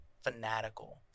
fanatical